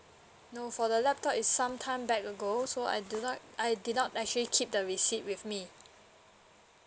no for the laptop it's sometime back ago so I do not I did not actually keep the receipt with me